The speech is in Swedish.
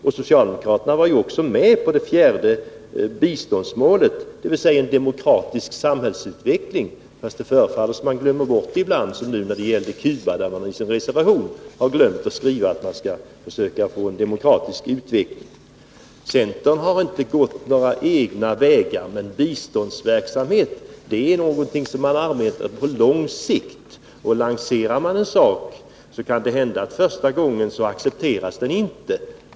Och socialdemokraterna var ju också med på det fjärde biståndsmålet, dvs. en demokratisk samhällsutveckling. Fast det förefaller som om man glömmer bort det ibland, som nu i fråga om Cuba, när mani sin reservation har glömt att skriva att man skall försöka få en demokratisk utveckling. Centern har inte gått några egna vägar. Men biståndsverksamhet är någonting som man arbetar med på lång sikt. Lanserar man en sak, så kan det hända att den inte accepteras första gången.